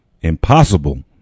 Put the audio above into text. impossible